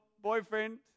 boyfriend